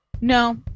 No